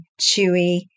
Chewy